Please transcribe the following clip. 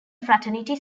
fraternity